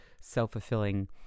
self-fulfilling